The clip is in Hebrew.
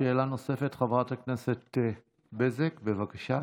שאלה נוספת, חברת הכנסת בזק, בבקשה.